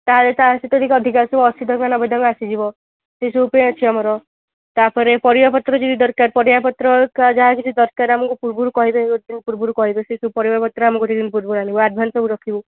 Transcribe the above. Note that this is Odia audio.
ତାହାଲେ ତାହା ସେଇଟା ଟିକେ ଅଧିକା ଅଶୀ ଟଙ୍କା ନା ନବେ ଟଙ୍କା ଆସିଯିବ ସେ ସବୁ ବି ଅଛି ଆମର ତା'ପରେ ପରିବା ପତ୍ର ଯଦି ଦରକାର ପରିବା ପତ୍ର ଏକା ଯାହା କିଛି ଦରକାର ଆମକୁ ପୂର୍ବରୁ କହିଦେବେ ଗୋଟିଏ ଦିନ ପୂର୍ବରୁ କହିବେ ସେହି ସବୁ ପରିବା ପତ୍ର ଆମେ ଗୋଟିଏ ଦିନ ପୂର୍ବରୁ ଆଣିବୁ ଆଡ଼ଭାନ୍ସ ସବୁ ରଖିବୁ